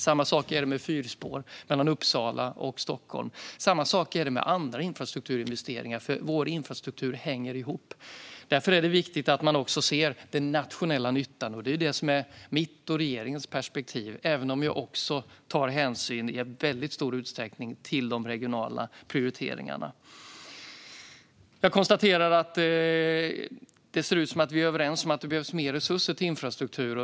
Samma sak är det med fyrspår mellan Uppsala och Stockholm och med andra infrastrukturinvesteringar. Vår infrastruktur hänger ihop, och därför är det viktigt att man ser den nationella nyttan. Det är den som är mitt och regeringens perspektiv, även om vi i väldigt stor utsträckning också tar hänsyn till de regionala prioriteringarna. Jag konstaterar att det ser ut som att vi är överens om att det behövs mer resurser till infrastruktur.